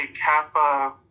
Kappa